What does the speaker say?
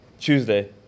Tuesday